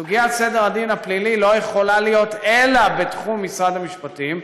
סוגיית סדר הדין הפלילי לא יכולה להיות אלא בתחום משרד המשפטים,